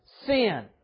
Sin